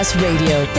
Radio